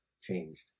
changed